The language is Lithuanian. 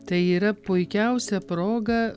tai yra puikiausia proga